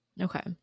Okay